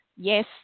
yes